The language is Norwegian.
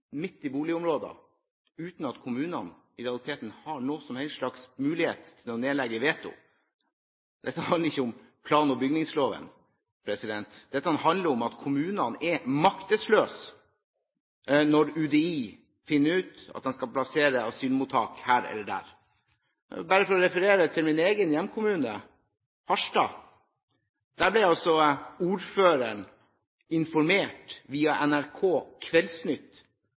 uten at de i realiteten har noen som helst mulighet til å nedlegge veto. Dette handler ikke om plan- og bygningsloven; dette handler om at kommunene er maktesløse når UDI finner ut at de skal plassere asylmottak her eller der. For å vise til min egen hjemkommune, Harstad: Der ble ordføreren informert via NRK Kveldsnytt